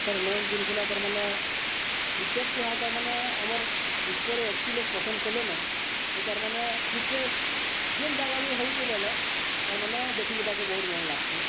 ତାର୍ ମେନ୍ ଜିନିଷ୍ ହେଲା ତାର୍ମାନେ କ୍ରିକେଟ୍କେ ଇହାଦେ ତାର୍ମାନେ ଆମର୍ ବିଶ୍ଵରେ ଏତ୍କି ଲୋକ୍ ପସନ୍ଦ୍ କଲେନ ଇ ତାର୍ମାନେ କ୍ରିକେଟ୍ ଯେନ୍ ଜାଗା ବି ହଉଚେ ବଏଲେ ତାର୍ମାନେ ଦେଖି ଯିବାକେ ବହୁତ୍ ମନ୍ ଲାଗ୍ସି